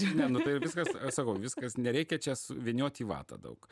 ne nu tai viskas sakau viskas nereikia čia su vyniot į vatą daug